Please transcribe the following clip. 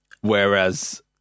whereas